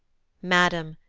madam,